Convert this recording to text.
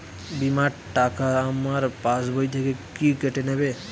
বিমার টাকা আমার পাশ বই থেকে কি কেটে নেবে?